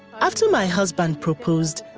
after my husband proposed,